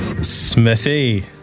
smithy